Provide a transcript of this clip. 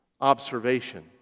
observation